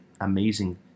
amazing